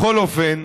בכל אופן,